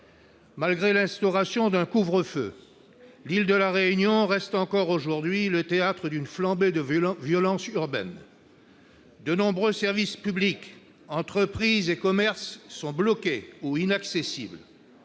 Malgré l'instauration d'un couvre-feu, l'île de la Réunion reste encore aujourd'hui le théâtre d'une flambée de violences urbaines. De nombreux services publics, entreprises et commerces sont bloqués ou inaccessibles.